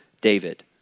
David